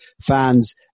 fans